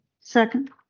Second